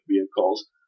vehicles